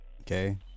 okay